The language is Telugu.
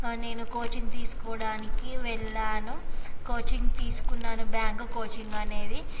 నేను కోచింగ్ తీసుకోడానికి వెళ్ళాను కోచింగ్ తీసుకున్నాను బ్యాంకు కోచింగ్ అనేది